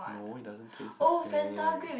no it doesn't taste the same